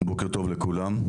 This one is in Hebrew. בוקר טוב לכולם,